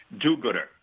do-gooder